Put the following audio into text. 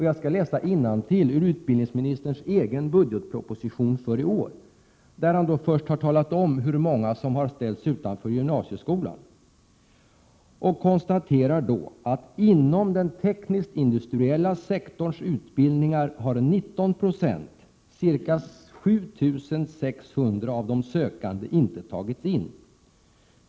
Jag skall läsa innantill ur utbildningsministerns egen budgetproposition för i år, där han först talar om hur många som har ställts utanför gymnasieskolan. Han konstaterar då: ”Inom den teknisk-industriella sektorns utbildningar har 19 96 av de sökande inte tagits in.